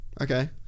okay